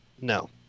No